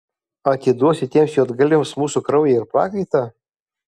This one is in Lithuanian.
atiduosi tiems juodgalviams mūsų kraują ir prakaitą